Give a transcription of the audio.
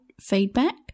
feedback